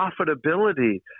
profitability